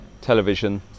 television